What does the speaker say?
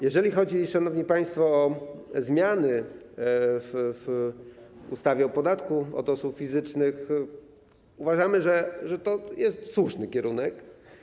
Jeżeli chodzi, szanowni państwo, o zmiany w ustawie o podatku od osób fizycznych, uważamy, że jest to słuszny kierunek.